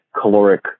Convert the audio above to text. caloric